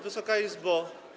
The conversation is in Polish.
Wysoka Izbo!